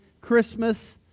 Christmas